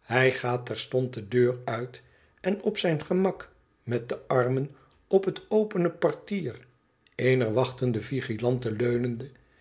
hij gaat terstond de deur uit en op zijn gemak met de armen op het opene portier eener wachtende vigilante leunende